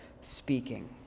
speaking